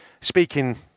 speaking